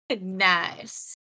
Nice